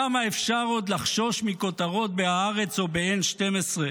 כמה אפשר עוד לחשוש מכותרות בהארץ או ב-N12?